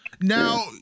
Now